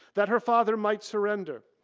that her father might surrender.